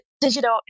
digital